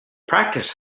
practice